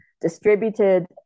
distributed